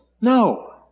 No